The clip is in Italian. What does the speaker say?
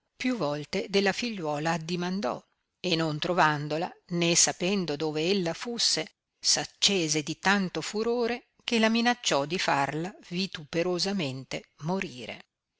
più volte della figliuola addimandò e non trovandola né sapendo dove ella fusse s'accese di tanto furore che la minacciò di farla vituperosamente morire